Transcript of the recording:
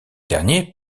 dernier